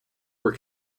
were